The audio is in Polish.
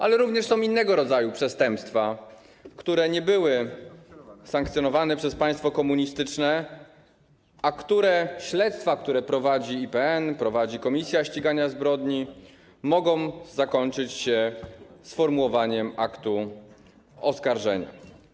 Ale również są innego rodzaju przestępstwa, które nie były sankcjonowane przez państwo komunistyczne, a śledztwa, które prowadzi IPN, prowadzi komisja ścigania zbrodni, mogą zakończyć się sformułowaniem aktu oskarżenia.